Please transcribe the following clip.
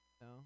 No